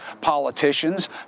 politicians